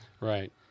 Right